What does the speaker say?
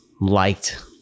liked